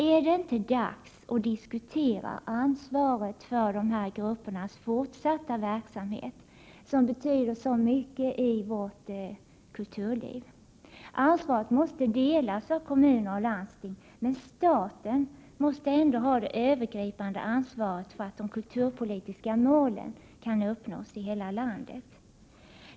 Är det inte dags att diskutera ansvaret för de här gruppernas fortsatta verksamhet, som betyder så mycket i vårt kulturliv? Ansvaret måste delas av kommuner och landsting — men staten skall ändå ha det övergripande ansvaret för att de kulturpolitiska målen kan uppnås i hela landet.